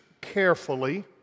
carefully